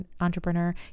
entrepreneur